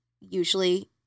Usually